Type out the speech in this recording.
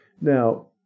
Now